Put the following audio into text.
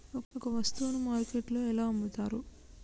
ఒక వస్తువును మార్కెట్లో ఎలా అమ్ముతరు?